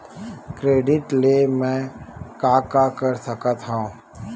Credit ले मैं का का कर सकत हंव?